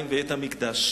להסביר.